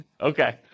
Okay